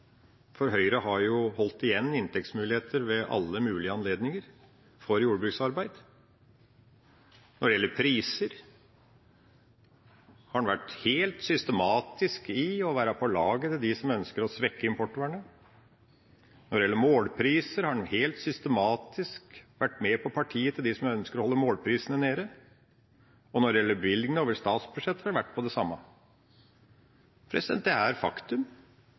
for Høyre har jo holdt igjen inntektsmuligheter for jordbruksarbeid ved alle mulige anledninger. Når det gjelder priser, har man vært helt systematisk i å være på lag med dem som ønsker å svekke importvernet. Når det gjelder målpriser, har man helt systematisk vært på parti med dem som ønsker å holde målprisene nede, og når det gjelder bevilgninger over statsbudsjettet, har det vært det samme. Det er faktum,